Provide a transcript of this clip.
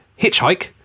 Hitchhike